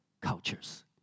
cultures